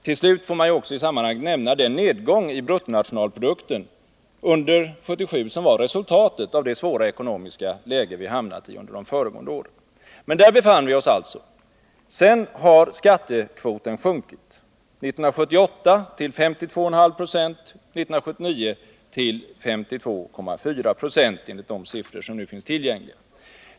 Till slut får man också i sammanhanget nämna den nedgång av bruttonationalprodukten under 1977 som var resultatet av det svåra ekonomiska läge som vi hade hamnat i under de föregående åren. Där befann vi oss alltså. Sedan har skattekvoten sjunkit, 1978 till 52,5 90 och 1979 till 52,4 90 enligt de siffror som nu finns tillgängliga.